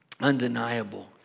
undeniable